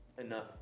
enough